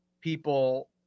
people